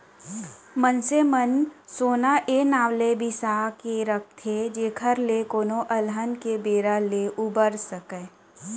मनसे मन सोना ए नांव लेके बिसा के राखथे जेखर ले कोनो अलहन के बेरा ले उबर सकय